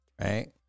right